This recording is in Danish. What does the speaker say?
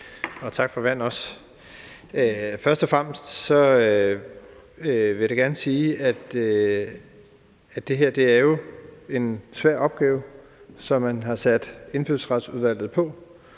Tak for det. Først og fremmest vil jeg da gerne sige, at det her jo er en svær opgave, som man har sat Indfødsretsudvalget på,